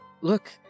Look